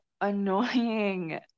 annoying